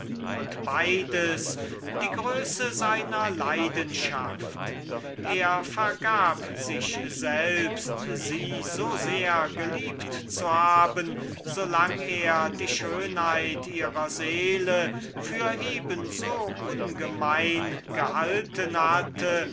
und beides die größe seiner leidenschaft er vergab sich selbst sie so sehr geliebet zu haben so lang er ursache gehabt hatte die schönheit ihrer seele für eben so ungemein zu halten